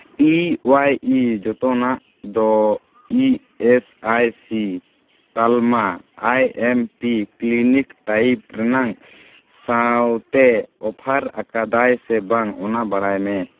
E ᱳᱣᱟᱭ ᱤ ᱡᱚᱛᱱᱟᱜ ᱫᱚ ᱤ ᱮᱹᱥ ᱟᱭ ᱥᱤ ᱛᱟᱞᱢᱟ I M P clinic type ᱨᱮᱱᱟᱝ ᱥᱟᱶᱛᱮ ᱚᱯᱷᱟᱨ ᱟᱠᱟᱫᱟᱭ ᱥᱮ ᱵᱟᱝ ᱚᱱᱟ ᱵᱟᱲᱟᱭ ᱢᱮ